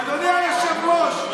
אדוני היושב-ראש,